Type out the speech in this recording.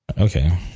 Okay